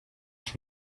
chez